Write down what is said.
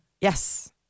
Yes